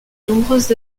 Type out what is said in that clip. nombreuses